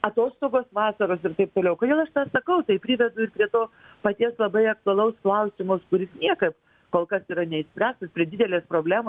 atostogos vasaros ir taip toliau kodėl aš tą sakau tai priveda ir prie to paties labai aktualaus klausimo kuris niekad kol kas yra neišspręstas yra didelės problemos